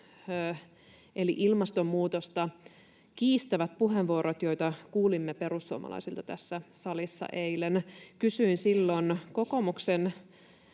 eli ilmastonmuutosta kiistävät puheenvuorot, joita kuulimme perussuomalaisilta tässä salissa eilen. Kysyin silloin kokoomuksen